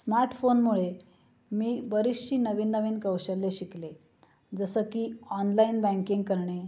स्मार्टफोनमुळे मी बरीचशी नवीन नवीन कौशल्य शिकले जसं की ऑनलाईन बँकिंग करणे